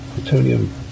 plutonium